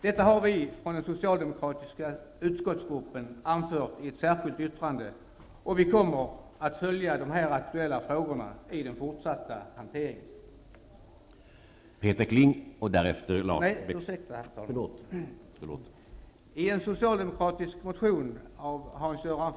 Detta har vi från den socialdemokratiska utskottsgruppen anfört i ett särskilt yttrande, och vi kommer att följa de här aktuella frågorna i den fortsatta hanteringen.